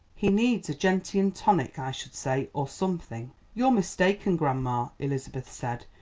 he needs a gentian tonic, i should say, or something. you're mistaken, grandma, elizabeth said,